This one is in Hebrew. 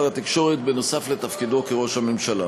התקשורת נוסף על תפקידו כראש הממשלה.